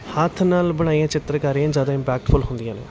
ਹੱਥ ਨਾਲ ਬਣਾਈਆਂ ਚਿੱਤਰਕਾਰੀਆਂ ਜ਼ਿਆਦਾ ਇੰਪੈਕਟਫੁਲ ਹੁੰਦੀਆਂ ਨੇ